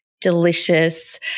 delicious